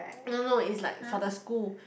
no no is like for the school